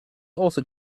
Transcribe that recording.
also